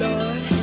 Lord